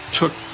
took